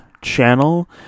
channel